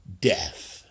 death